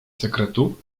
sekretu